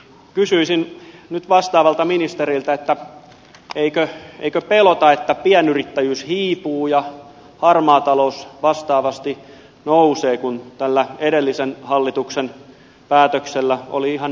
kysyisin nyt vastaavalta ministeriltä että eikö pelota että pienyrittäjyys hiipuu ja harmaa talous vastaavasti nousee kun tällä edellisen hallituksen päätöksellä oli ihan päinvastainen vaikutus